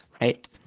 right